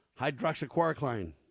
hydroxychloroquine